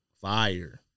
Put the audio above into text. Fire